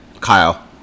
Kyle